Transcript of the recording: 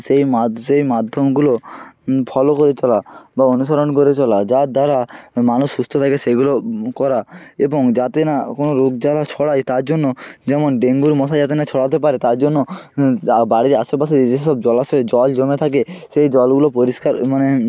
সেই সেই মাধ্যমগুলো ফলো করে চলা বা অনুসরণ করে চলা যার দ্বারা মানুষ সুস্থ থাকে সেইগুলো করা এবং যাতে না কোনোও রোগজ্বালা ছড়ায় তার জন্য যেমন ডেঙ্গুর মশা যাতে না ছড়াতে পারে তার জন্য যা বাড়ির আশেপাশে যেসব জলাশয়ে জল জমে থাকে সেই জলগুলো পরিষ্কার মানে